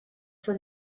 for